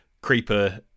Creeper